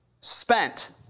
spent